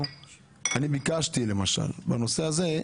אני ביקשתי למשל בנושא הזה,